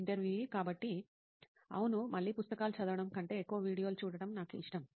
ఇంటర్వ్యూఈ కాబట్టి అవును మళ్ళీ పుస్తకాలు చదవడం కంటే ఎక్కువ వీడియోలు చూడటం నాకు ఇష్టం